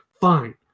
Fine